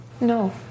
No